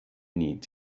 need